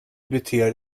beter